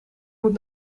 moet